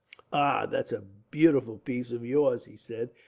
ah! that's a beautiful piece of yours, he said,